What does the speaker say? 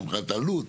גם מבחינת עלות.